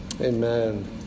Amen